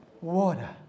water